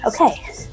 okay